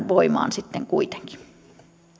voimaan sitten kuitenkin